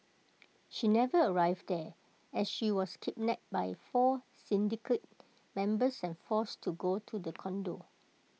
she never arrived there as she was kidnapped by four syndicate members and forced to go to the condo